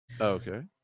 Okay